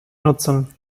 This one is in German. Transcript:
nutzen